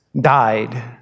died